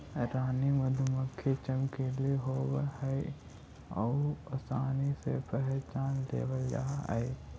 रानी मधुमक्खी चमकीली होब हई आउ आसानी से पहचान लेबल जा हई